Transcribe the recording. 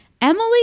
Emily